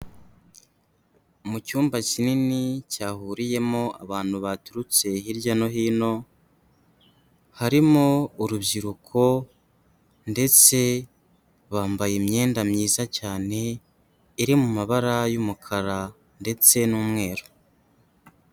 Mu cyumba kinini, cyahuriyemo abantu baturutse hirya no hino, harimo urubyiruko ndetse bambaye imyenda myiza cyane, iri mu mabara y'umukara ndetse n'umweru.